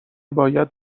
باید